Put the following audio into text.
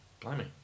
Blimey